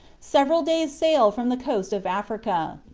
several days' sail from the coast of africa.